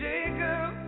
Jacob